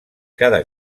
cada